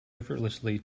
effortlessly